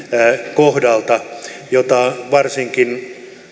kohdalta jota varsinkin